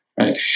right